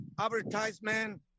advertisement